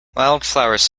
wildflowers